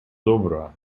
доброго